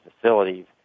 facilities